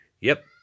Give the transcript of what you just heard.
Yep